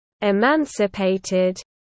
emancipated